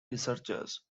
researchers